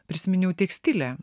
prisiminiau tekstilę